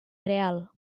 real